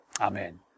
amen